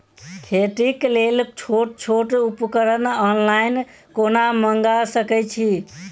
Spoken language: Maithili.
खेतीक लेल छोट छोट उपकरण ऑनलाइन कोना मंगा सकैत छी?